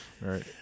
Right